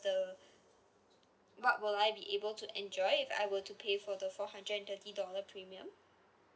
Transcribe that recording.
the what will I be able to enjoy if I were to pay for the four hundred and thirty dollar premium